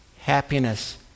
happiness